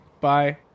Bye